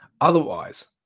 otherwise